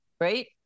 right